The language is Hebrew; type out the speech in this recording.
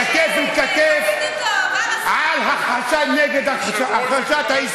כתף אל כתף על הכחשת ההיסטוריה.